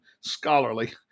scholarly